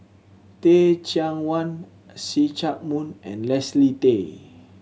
Teh Cheang Wan See Chak Mun and Leslie Tay